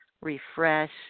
refresh